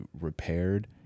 repaired